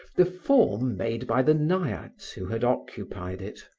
the form made by the naiades who had occupied it.